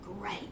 great